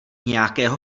nějakého